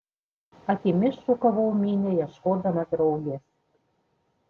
akimis šukavau minią ieškodama draugės